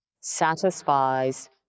satisfies